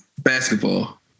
Basketball